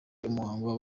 umuhango